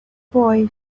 boy